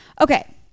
Okay